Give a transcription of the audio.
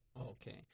Okay